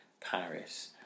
Paris